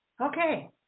Okay